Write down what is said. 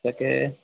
তাকে